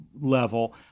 level